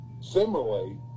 Similarly